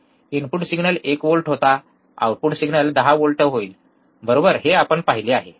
input signal 1 volt होता output signal 10 volt होईल बरोबर हे आपण पाहिले आहे